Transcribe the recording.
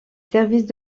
services